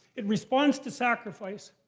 it responds to sacrifice.